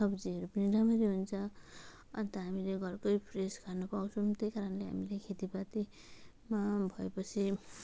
सब्जीहरू पनि राम्ररी हुन्छ अन्त हामीले घरकै फ्रेस खान पाउँछौँ त्यही कारणले हामीले खेतीपातीमा भएपछि